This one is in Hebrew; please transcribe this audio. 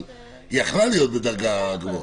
אבל היא יכולה הייתה להיות בדרגה גבוהה?